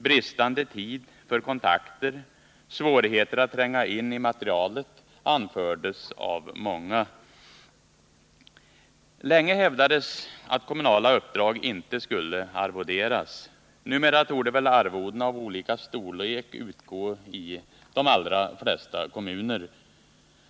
Bristande tid för kontakter, svårigheter att tränga in i materialet anfördes av många. Länge hävdades att kommunala uppdrag inte skulle arvoderas. Numera torde väl arvoden av olika storlek utgå i de allra flesta kommuner.